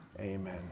Amen